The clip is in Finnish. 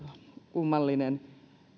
kummallinen